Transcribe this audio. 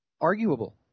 arguable